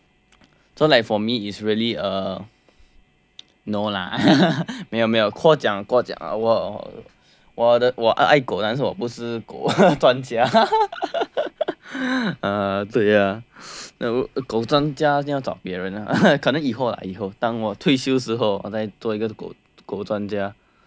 so like for me is really uh no lah 没有没有过奖过奖我的我爱狗但是我不是狗专家 uh 对啦狗专家要找别人可能以后啦以后当我退休时候再做一个狗专家